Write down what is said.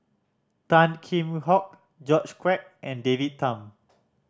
Tan Kheam Hock George Quek and David Tham